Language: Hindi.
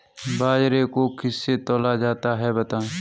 बाजरे को किससे तौला जाता है बताएँ?